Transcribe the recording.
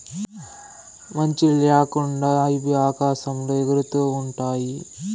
మంచి ల్యాకుండా ఇవి ఆకాశంలో ఎగురుతూ ఉంటాయి